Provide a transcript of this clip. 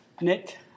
Nick